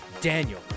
Daniel